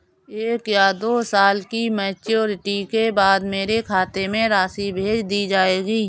क्या एक या दो साल की मैच्योरिटी के बाद मेरे खाते में राशि भेज दी जाएगी?